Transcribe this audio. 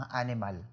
animal